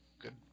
Good